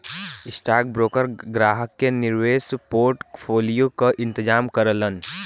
stockbroker ग्राहक के निवेश पोर्टफोलियो क इंतजाम करलन